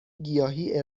گیاهی